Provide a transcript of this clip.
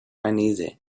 uneasy